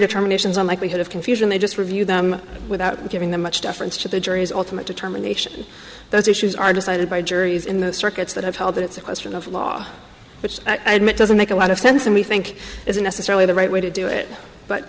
determinations on likelihood of confusion they just review them without giving them much deference to the jury's ultimate determination those issues are decided by juries in the circuits that have held it's a question of law which doesn't make a lot of sense and we think isn't necessarily the right way to do it but